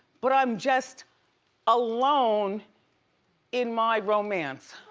but i'm just alone in my romance.